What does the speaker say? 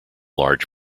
large